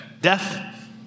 Death